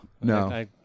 No